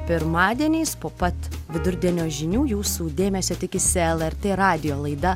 pirmadieniais po pat vidurdienio žinių jūsų dėmesio tikisi lrt radijo laida